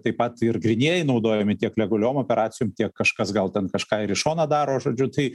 taip pat ir grynieji naudojami tiek legaliom operacijom tiek kažkas gal ten kažką ir į šoną daro žodžiu tai